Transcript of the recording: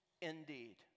indeed